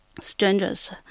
strangers